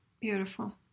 Beautiful